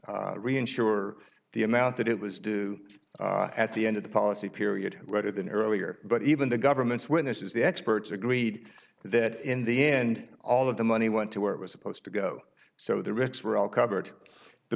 reinsure the amount that it was due at the end of the policy period rather than earlier but even the government's witnesses the experts agreed that in the end all of the money went to where it was supposed to go so the risks were all covered the